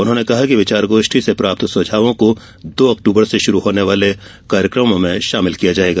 उन्होंने कहा कि विचारगोष्ठी से प्राप्त सुझावों को दो अक्टूबर से शुरू होने वाले कार्यकमों में शामिल किया जायेगा